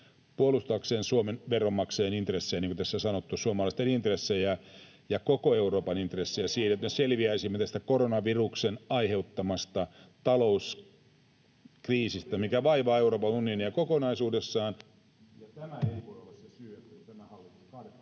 puolustaakseen Suomen veronmaksajien intressejä, niin kuin tässä on sanottu, suomalaisten intressejä ja koko Euroopan intressejä siinä, että me selviäisimme tästä koronaviruksen aiheuttamasta talouskriisistä, [Toimi Kankaanniemi: Onko liian pieni asia tähän välikysymykseen?]